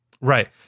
Right